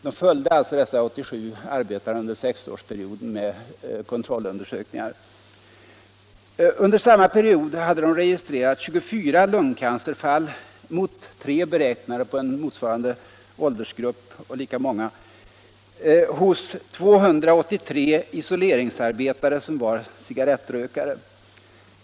Man följde alltså dessa 87 arbetare med kontrollundersökningar under sexårsperioden. Under samma period hade man registrerat 24 lungcancerfall — mot 3 beräknade på en motsvarande, lika stor grupp som inte har kontakt med asbest — hos 283 isoleringsarbetare som var cigarrettrökare.